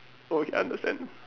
hope he understand